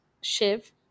Shiv